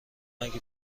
اگه